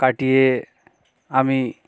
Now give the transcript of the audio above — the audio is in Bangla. কাটিয়ে আমি